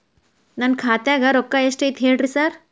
ನನ್ ಖಾತ್ಯಾಗ ರೊಕ್ಕಾ ಎಷ್ಟ್ ಐತಿ ಹೇಳ್ರಿ ಸಾರ್?